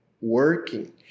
working